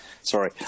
Sorry